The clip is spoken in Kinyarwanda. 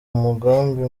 mugambi